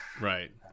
right